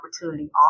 opportunity